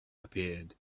appeared